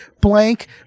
blank